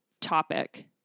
topic